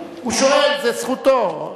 הוא שואל, זו זכותו.